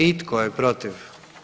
I tko je protiv?